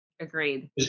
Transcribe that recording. Agreed